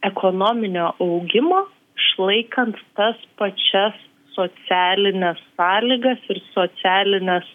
ekonominio augimo išlaikant tas pačias socialines sąlygas ir socialines